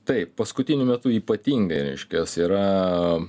taip paskutiniu metu ypatingai reiškias yra